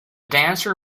dancer